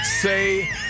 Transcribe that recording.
say